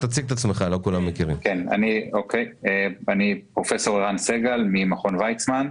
אני פרופ' ערן סגל ממכון ויצמן,